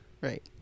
Right